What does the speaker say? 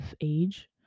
age